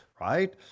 right